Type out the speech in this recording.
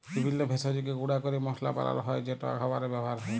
বিভিল্য ভেষজকে গুঁড়া ক্যরে মশলা বানালো হ্যয় যেট খাবারে ব্যাবহার হ্যয়